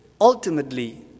Ultimately